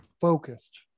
focused